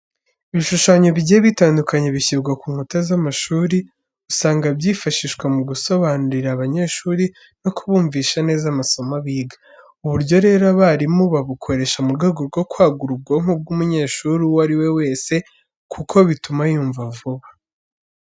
Ibishushanyo bigiye bitandukanye bishyirwa ku nkuta z'amashuri, usanga byifashishwa mu gusobanurira abanyeshuri no kubumvisha neza amasomo biga. Ubu buryo rero abarimu babukoresha mu rwego rwo kwagura ubwonko bw'umunyeshuri uwo ari we wese, kuko bituma yumva vuba.